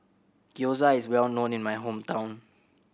Gyoza is well known in my hometown